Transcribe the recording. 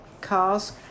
Cars